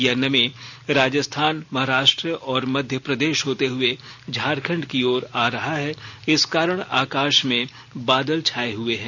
यह नमी राजस्थान महाराष्ट्र और मध्यप्रदेश होते हुए झारखंड की ओर आ रहा है इस कारण आकाश में बादल छाये हुए हैं